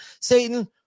Satan